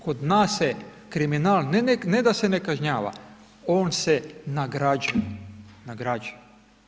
Kod nas se kriminal, ne da se ne kažnjava on se nagrađuje, nagrađuje.